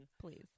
please